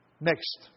Next